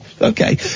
okay